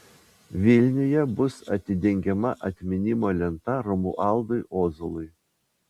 vilniuje bus atidengiama atminimo lenta romualdui ozolui